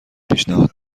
پیشنهاد